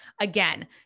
again